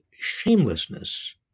shamelessness